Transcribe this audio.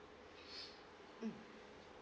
mm